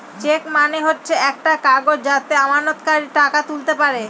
check মানে হচ্ছে একটা কাগজ যাতে আমানতকারীরা টাকা তুলতে পারে